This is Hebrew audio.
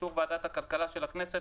ובאישור ועדת הכלכלה של הכנסת,